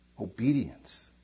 Obedience